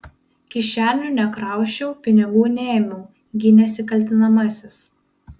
kišenių nekrausčiau pinigų neėmiau gynėsi kaltinamasis